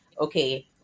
okay